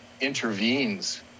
intervenes